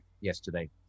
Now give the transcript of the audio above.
yesterday